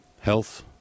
health